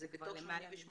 שזה בתוך ה-88?